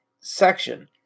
section